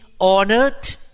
honored